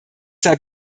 sei